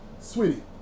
sweetie